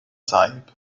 sahip